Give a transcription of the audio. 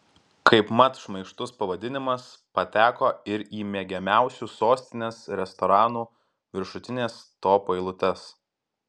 kaip mat šmaikštus pavadinimas pateko ir į mėgiamiausių sostinės restoranų viršutines topų eilutes